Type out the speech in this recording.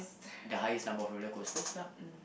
the highest number of roller coasters lah